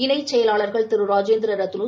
இணைச் செயலாளர்கள் திரு ராஜேந்திர ரத்னு